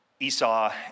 Esau